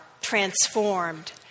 transformed